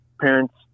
parents